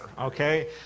okay